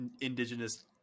indigenous